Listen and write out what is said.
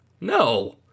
no